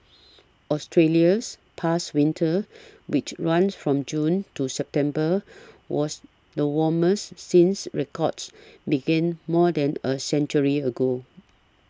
Australia's past winter which runs from June to September was the warmest since records began more than a century ago